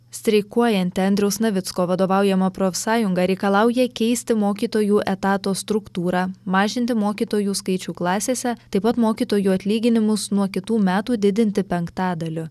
streikuojanti andriaus navicko vadovaujama profsąjunga reikalauja keisti mokytojų etato struktūrą mažinti mokytojų skaičių klasėse taip pat mokytojų atlyginimus nuo kitų metų didinti penktadaliu